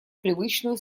привычную